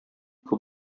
күп